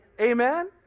Amen